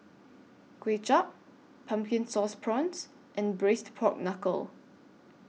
Kuay Chap Pumpkin Sauce Prawns and Braised Pork Knuckle